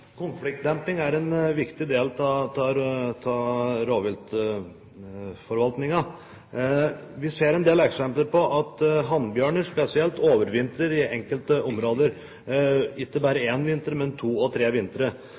Konfliktdemping er en viktig del av rovviltforvaltningen. Vi ser en del eksempler på at hannbjørner, spesielt, overvintrer i enkelte områder – ikke bare én vinter, men to og tre vintre.